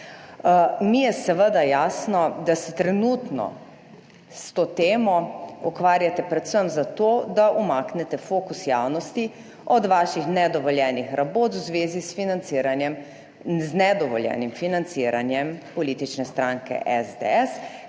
Mi je seveda jasno, da se trenutno s to temo ukvarjate predvsem zato, da umaknete fokus javnosti od vaših nedovoljenih rabot v zvezi s financiranjem, z nedovoljenim financiranjem politične stranke SDS,